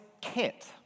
kit